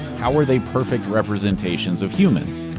how were they perfect representations of humans?